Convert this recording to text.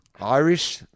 Irish